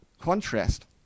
contrast